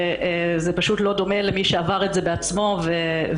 זה פשוט לא דומה למי שעבר את עצמו ויכול